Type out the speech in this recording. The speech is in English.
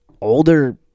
older